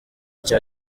cya